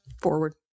forward